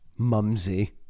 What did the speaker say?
Mumsy